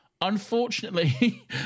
Unfortunately